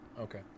Okay